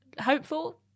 hopeful